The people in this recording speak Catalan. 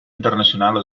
internacional